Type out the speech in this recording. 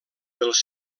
dels